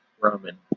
Roman